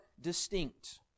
distinct